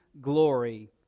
glory